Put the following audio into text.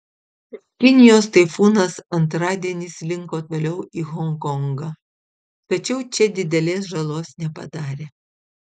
iš kinijos taifūnas antradienį slinko toliau į honkongą tačiau čia didelės žalos nepadarė